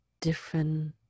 different